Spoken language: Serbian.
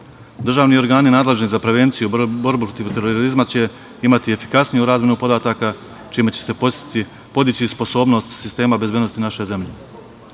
sloboda. Državni organi nadležni za prevenciju, borbu protiv terorizma će imati efikasniju razmenu podataka čime će se podići sposobnost sistema bezbednosti naše zemlje.